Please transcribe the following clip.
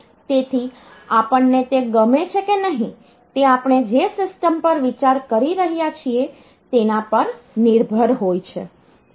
તેથી આપણને તે ગમે છે કે નહીં તે આપણે જે સિસ્ટમ પર વિચાર કરી રહ્યા છીએ તેના પર નિર્ભર હોય છે